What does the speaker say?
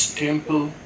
temple